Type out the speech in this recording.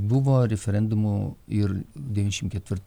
buvo referendumų ir devyniasdešim ketvir